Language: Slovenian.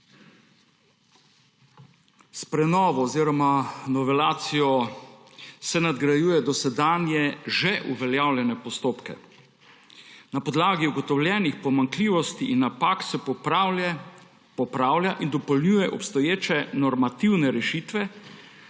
S prenovo oziroma novelacijo se nadgrajuje dosedanje že uveljavljene postopke. Na podlagi ugotovljenih pomanjkljivosti in napak se popravlja in dopolnjuje obstoječe normativne rešitve,